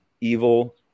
evil